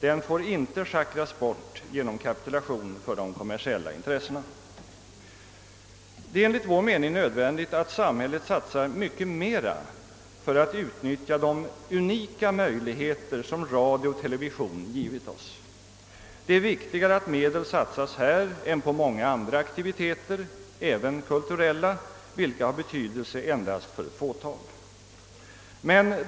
De får inte schackras bort genom kapitulation för de kommersiella intressena. Det är enligt vår mening nödvändigt att samhället satsar mycket mera för att utnyttja de unika möjligheter som radio och television givit oss. Det är viktigare att medel satsas på dem än på många andra aktiviteter, även kulturella, vilka har betydelse endast för ett fåtal.